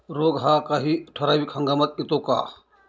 रोग हा काही ठराविक हंगामात येतो का?